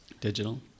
digital